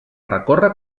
recorre